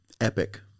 epic